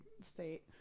state